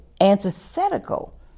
antithetical